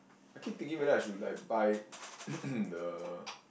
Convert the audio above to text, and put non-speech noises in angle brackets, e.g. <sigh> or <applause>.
I keep thinking whether I should like buy <coughs> the